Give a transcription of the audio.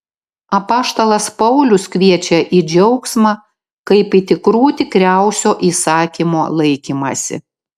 apaštalas paulius kviečia į džiaugsmą kaip į tikrų tikriausio įsakymo laikymąsi